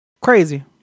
Crazy